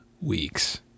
weeks